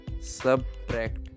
Subtract